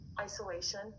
isolation